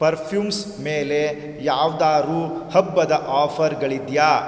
perfumes ಮೇಲೆ ಯಾವ್ದಾದ್ರೂ ಹಬ್ಬದ ಆಫರ್ಗಳಿದೆಯಾ